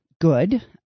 good